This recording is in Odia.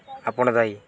ଆପଣ ଦାୟୀ